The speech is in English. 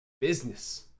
business